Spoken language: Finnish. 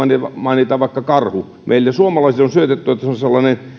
mainita vaikka karhun meille suomalaisille on syötetty että se on sellainen